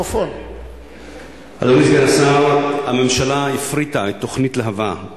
אדוני סגן השר, הממשלה הפריטה את תוכנית להב"ה.